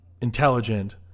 intelligent